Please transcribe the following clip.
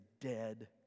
dead